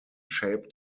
shape